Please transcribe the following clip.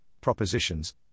propositions